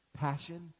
passion